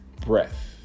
breath